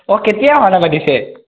অঁ কেতিয়া